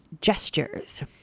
gestures